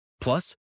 Plus